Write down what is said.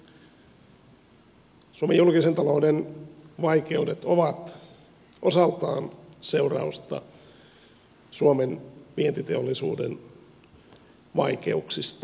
suomen julkisen talouden vaikeudet ovat osaltaan seurausta suomen vientiteollisuuden vaikeuksista